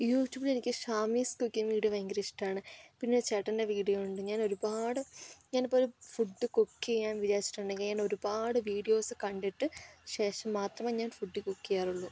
യൂട്യൂബിൽ എനിക്ക് ഷാമിസ് കുക്കിങ് വീഡിയോ ഭയങ്കര ഇഷ്ടമാണ് പിന്നെ ഒരു ചേട്ടൻ്റെ വീഡിയോ ഉണ്ട് ഞാൻ ഒരുപാട് ഞാനിപ്പോൾ ഒരു ഫുഡ് കൂക്ക് ചെയ്യാന്ന് വിചാരിച്ചിട്ടുണ്ടെങ്കിൽ ഞാൻ ഒരുപാട് വീഡിയോസ് കണ്ടിട്ട് ശേഷം മാത്രമേ ഞാൻ ഫുഡ് കൂക്ക് ചെയ്യാറുള്ളൂ